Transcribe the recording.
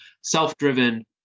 self-driven